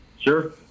Sure